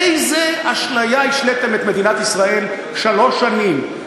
איזה אשליה השליתם את מדינת ישראל שלוש שנים?